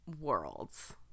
worlds